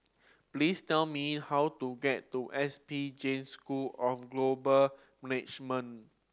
please tell me how to get to S P Jain School of Global Management